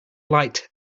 light